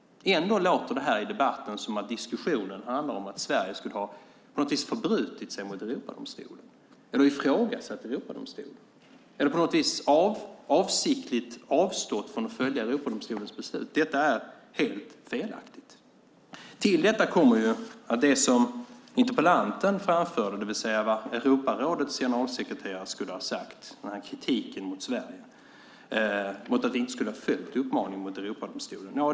Ändå låter det här i debatten som att diskussionen handlar om att Sverige på något vis skulle ha förbrutit sig mot Europadomstolen eller ifrågasatt Europadomstolen eller på något vis avsiktligt avstått från att följa Europadomstolens beslut. Detta är helt felaktigt. Till detta kommer det som interpellanten framförde, det vill säga vad Europarådets generalsekreterare skulle ha sagt, den här kritiken mot Sverige, att vi inte skulle ha följt uppmaningen från Europadomstolen.